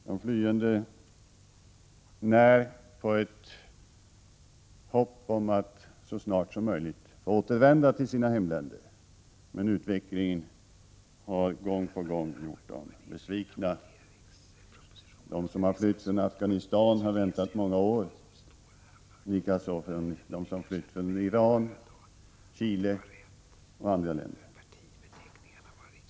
De flyende när på ett hopp om att så snart som möjligt få återvända till sina hemländer, men utvecklingen har gång på gång gjort dem besvikna. De som har flytt från Afghanistan har ofta väntat många år, likaså de som flytt från Iran, Chile och andra länder.